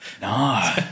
no